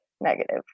negative